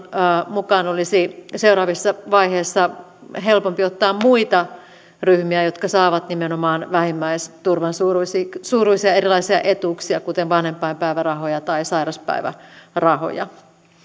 mukaan olisi seuraavissa vaiheissa helpompi ottaa muita ryhmiä jotka saavat nimenomaan vähimmäisturvan suuruisia suuruisia erilaisia etuuksia kuten vanhempainpäivärahoja tai sairauspäivärahoja